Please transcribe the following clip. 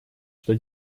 что